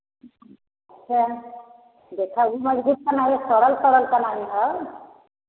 अच्छा देखा यह मज़बूत त नहीं सड़ल सड़ल सामान है